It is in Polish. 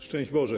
Szczęść Boże!